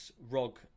ROG